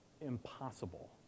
impossible